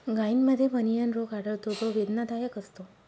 गायींमध्ये बनियन रोग आढळतो जो वेदनादायक असतो